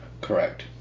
Correct